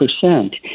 percent